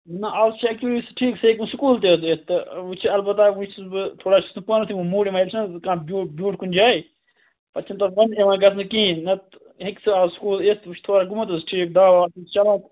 نَہ آز چھُ اَکہِ وِزِ سُہ ٹھیٖک سُہ ہٮ۪کہِ وَنہِ سُکوٗل تہِ حظ یِتھ تہٕ وۄنۍ چھِ البتہ وٕنہِ چھُس بہٕ تھوڑا چھُس نہٕ پانہٕ تہِ وۄنۍ موٗڈ یِوان ییٚلہِ چھُ نَہ حظ کانٛہہ بیوٗٹھ بیوٗٹھ کُنہِ جاے پتہٕ چھِنہٕ تَتھ وَنٛدٕ یِوان گَژھنہٕ کِہیٖنۍ نتہٕ ہیٚکہِ سُہ آز سُکوٗل یِتھ وۄنۍ چھِ تھوڑا گوٚمُت حظ ٹھیٖک دَوا چَلان